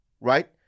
right